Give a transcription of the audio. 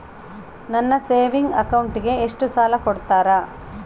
ನನ್ನ ಸೇವಿಂಗ್ ಅಕೌಂಟಿಗೆ ಎಷ್ಟು ಸಾಲ ಕೊಡ್ತಾರ?